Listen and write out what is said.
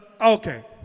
okay